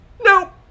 Nope